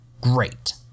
great